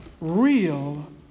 real